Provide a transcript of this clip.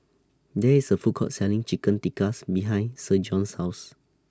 There IS A Food Court Selling Chicken Tikka's behind Spurgeon's House